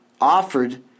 offered